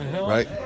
right